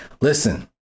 listen